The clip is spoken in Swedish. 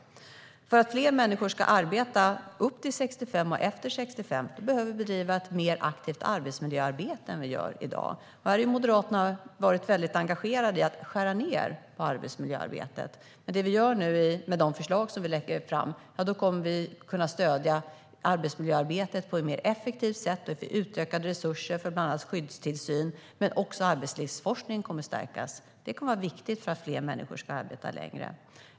För att fler människor ska arbeta upp till och efter 65 behöver vi bedriva ett mer aktivt arbetsmiljöarbete än i dag. Moderaterna har varit väldigt engagerade i att skära ned på arbetsmiljöarbetet. Med de förslag vi nu lägger fram kommer vi att kunna stödja arbetsmiljöarbetet mer effektivt. Vi utökar resurserna för bland annat skyddstillsyn, men vi stärker också arbetslivsforskningen. Det är viktigt för att fler människor ska arbeta längre.